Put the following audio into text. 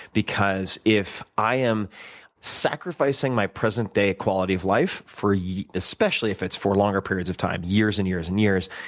because if i am sacrificing my present day quality of life, yeah especially if it's for longer periods of times years and years and years